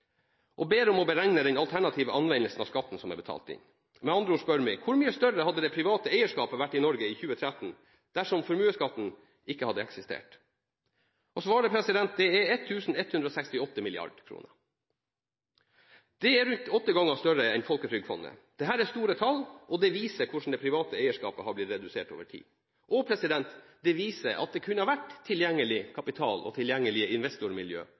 ber om å få beregnet den alternative anvendelsen av skatten som er betalt inn. Med andre ord spør vi: Hvor mye større hadde det private eierskapet vært i Norge i 2013 dersom formuesskatten ikke hadde eksistert? Svaret er 1 168 mrd. kr. Det er rundt åtte ganger større enn Folketrygdfondet. Dette er et stort tall, og det viser hvordan det private eierskapet har blitt redusert over tid. Og det viser at det kunne ha vært tilgjengelig kapital,